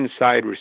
inside